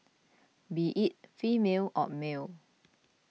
be it female or male